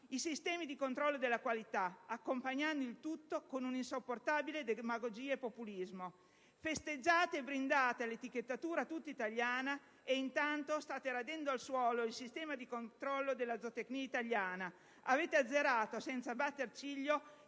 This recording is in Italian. i sistemi di controllo della qualità, accompagnando il tutto con un'insopportabile demagogia e populismo. Festeggiate e brindate all'etichettatura tutta italiana e intanto state radendo al suolo il sistema di controllo della zootecnia italiana. Avete azzerato, senza batter ciglio,